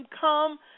come